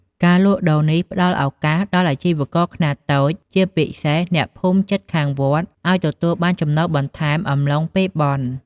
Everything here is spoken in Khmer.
ការលក់ដូរនេះផ្ដល់ឱកាសដល់អាជីវករខ្នាតតូច ជាពិសេសអ្នកភូមិជិតខាងវត្ត ឱ្យទទួលបានចំណូលបន្ថែមក្នុងអំឡុងពេលបុណ្យ។